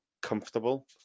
comfortable